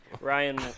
Ryan